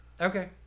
Okay